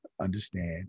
understand